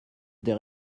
des